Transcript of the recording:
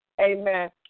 Amen